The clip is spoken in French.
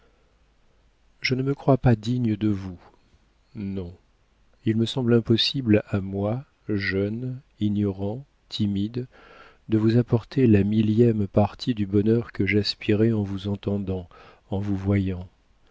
je ne me crois pas digne de vous non il me semble impossible à moi jeune ignorant timide de vous apporter la millième partie du bonheur que j'aspirais en vous entendant en vous voyant